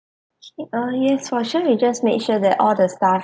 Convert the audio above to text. she~ uh yes for sure we just make sure that all the staff